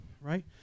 right